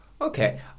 okay